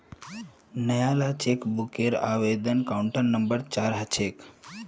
नयाला चेकबूकेर आवेदन counter number चार ह छेक